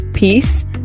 Peace